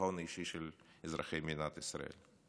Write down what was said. הביטחון האישי של אזרחי מדינת ישראל.